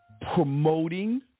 promoting